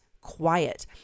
quiet